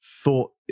thought